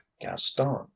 Gaston